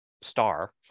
star